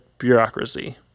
bureaucracy